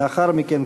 לאחר מכן,